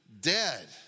dead